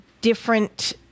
different